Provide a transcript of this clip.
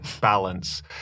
balance